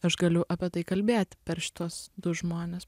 aš galiu apie tai kalbėt per šituos du žmones